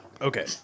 Okay